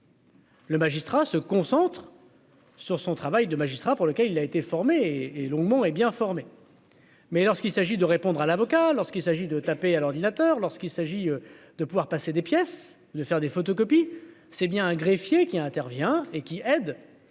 Le magistrat se concentre sur son travail de magistrat, pour lequel il a été formé et longuement et bien formés. Mais lorsqu'il s'agit de répondre à l'avocat lorsqu'il s'agit de taper à l'ordinateur lorsqu'il s'agit de pouvoir passer des pièces de faire des photocopies, c'est bien un greffier qui intervient, et qui,